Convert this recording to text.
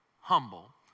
Humble